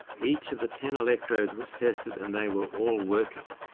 each of the ten electrodes was tested, and they were all working!